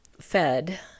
fed